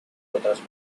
otras